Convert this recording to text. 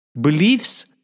Beliefs